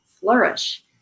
flourish